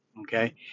Okay